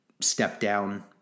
step-down